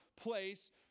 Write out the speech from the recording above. place